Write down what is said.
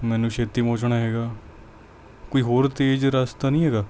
ਮੈਨੂੰ ਛੇਤੀ ਪਹੁੰਚਣਾ ਹੈਗਾ ਕੋਈ ਹੋਰ ਤੇਜ਼ ਰਸਤਾ ਨਹੀਂ ਹੈਗਾ